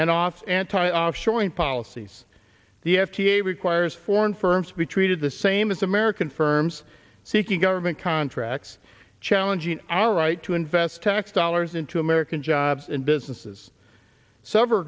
and off anti offshoring policies the f d a requires foreign firms be treated the same as american firms seeking government contracts challenging our right to invest tax dollars into american jobs and businesses s